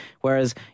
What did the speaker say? Whereas